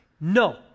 no